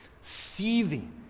seething